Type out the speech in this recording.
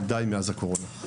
בוודאי מאז הקורונה.